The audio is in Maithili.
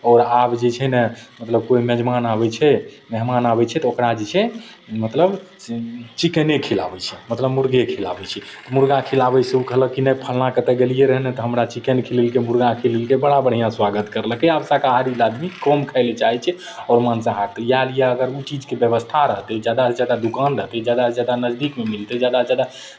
आओर आब जे छै ने मतलब कोइ मेजबान आबै छै मेहमान आबै छै तऽ ओकरा जे छै मतलब से चिकेने खिलाबै छै मतलब मुरगे खिलाबै छै मुरगा खिलाबैसँ ओ कहलक कि नहि फल्लाँके ओतय गेलियै रहै ने तऽ हमरा चिकेन खिलेलकै मुरगा खिलेलकै बड़ा बढ़िआँ स्वागत करलकै आब शाकाहारी लै आदमी कम खाय लए चाहै छै आओर मांसाहारके इएह लिए अगर ओ चीजके व्यवस्था रहतै जादासँ जादा दोकान रहतै जादासँ जादा नजदीकमे मिलतै जादासँ जादा